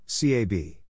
CAB